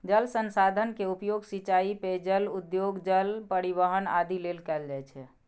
जल संसाधन के उपयोग सिंचाइ, पेयजल, उद्योग, जल परिवहन आदि लेल कैल जाइ छै